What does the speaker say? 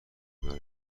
برای